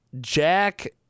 Jack